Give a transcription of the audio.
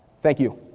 thank you.